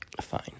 Fine